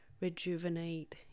rejuvenate